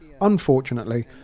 Unfortunately